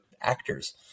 actors